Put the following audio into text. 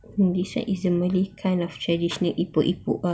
mm this one is the malay kind of tradition epok-epok